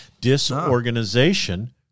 Disorganization